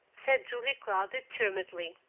said julia cloud determinedly.